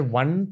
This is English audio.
one